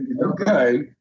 Okay